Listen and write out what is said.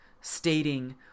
stating